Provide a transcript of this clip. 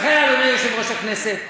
לכן, אדוני יושב-ראש הכנסת,